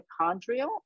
mitochondrial